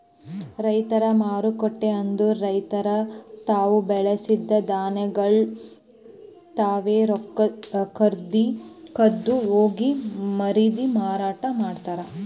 ರೈತರ ಮಾರುಕಟ್ಟೆ ಅಂದುರ್ ರೈತುರ್ ತಾವು ಬೆಳಸಿದ್ ಧಾನ್ಯಗೊಳ್ ತಾವೆ ಖುದ್ದ್ ಹೋಗಿ ಮಂದಿಗ್ ಮಾರಾಟ ಮಾಡ್ತಾರ್